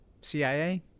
CIA